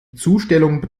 zustellung